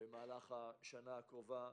במהלך השנה הקרובה.